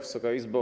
Wysoka Izbo!